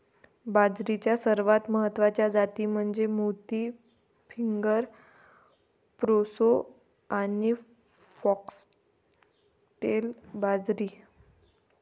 बाजरीच्या सर्वात महत्वाच्या जाती म्हणजे मोती, फिंगर, प्रोसो आणि फॉक्सटेल बाजरी